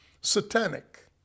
satanic